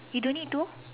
you don't need to